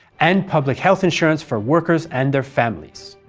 and public health insurance for workers and their families.